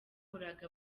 bakoraga